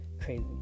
Crazy